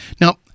Now